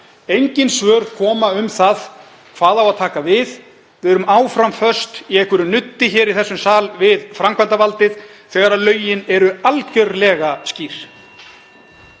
Engin svör koma um hvað á að taka við. Við erum áfram föst í einhverju nuddi hér í þessum sal við framkvæmdarvaldið þegar lögin eru algjörlega skýr.